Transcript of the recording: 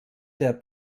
der